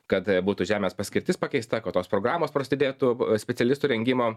kad būtų žemės paskirtis pakeista kad tos programos prasidėtų specialistų rengimo